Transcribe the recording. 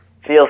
feels